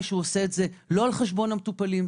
שהוא עושה את זה לא על חשבון המטופלים,